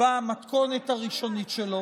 במתכונת הראשונית שלו,